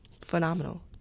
phenomenal